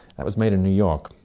that was made in new york,